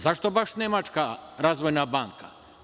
Zašto baš Nemačka razvojna banka?